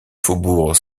faubourg